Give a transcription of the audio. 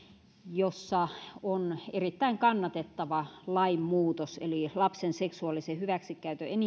jossa on erittäin kannatettava lainmuutos eli lapsen seksuaalisen hyväksikäytön